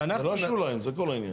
ואנחנו --- זה לא שוליים, זה כל העניין.